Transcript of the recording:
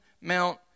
Mount